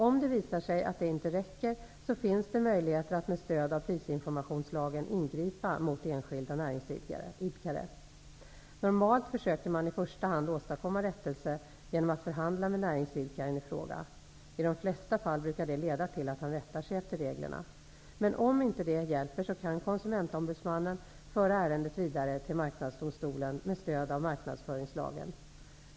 Om det visar sig att detta inte räcker, finns det möjligheter att med stöd av prisinformationslagen ingripa mot enskilda näringsidkare. Normalt försöker man i första hand åstadkomma rättelse genom att förhandla med näringsidkaren i fråga. I de flesta fall brukar detta leda till att han rättar sig efter reglerna, men om det inte hjälper kan Konsumentombudsmannen föra ärendet vidare till Marknadsdomstolen med stöd av marknadsföringslagen .